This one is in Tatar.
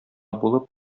булып